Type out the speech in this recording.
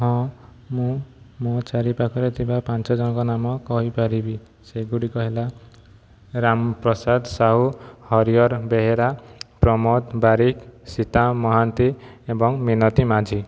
ହଁ ମୁଁ ମୋ ଚାରିପାଖରେ ଥିବା ପାଞ୍ଚଜଣଙ୍କ ନାମ କହିପାରିବି ସେଗୁଡ଼ିକ ହେଲା ରାମ ପ୍ରସାଦ ସାହୁ ହରିହର ବେହେରା ପ୍ରମୋଦ ବାରିକ ସୀତା ମହାନ୍ତି ଏବଂ ମିନତି ମାଝୀ